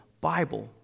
Bible